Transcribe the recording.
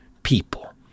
people